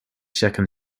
second